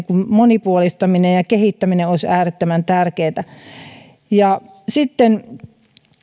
monipuolistaminen ja kehittäminen olisi äärettömän tärkeätä sitten